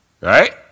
right